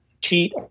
cheat